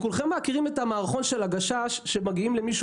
כולכם מכירים את המערכון של הגשש שמגיעים למישהו